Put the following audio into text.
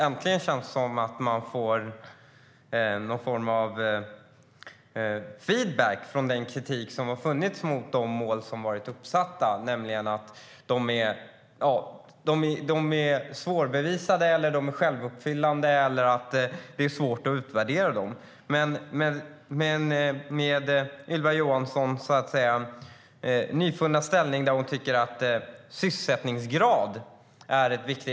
Äntligen känns det som att man får någon form av feedback på den kritik som funnits mot de mål som varit uppsatta om att de är svårbevisade, självuppfyllande eller att det är svårt att utvärdera dem. Ylva Johansson har en nyfunnen ställning där hon tycker att sysselsättningsgrad är viktig.